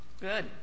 good